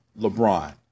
LeBron